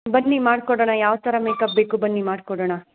ಬನ್ನಿ ಮಾಡಿಕೊಡೋಣ ಯಾವ ಥರ ಮೇಕಪ್ ಬೇಕು ಬನ್ನಿ ಮಾಡಿಕೊಡೋಣ